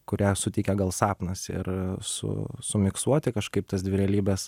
kurią suteikia gal sapnas ir su sumiksuoti kažkaip tas dvi realybes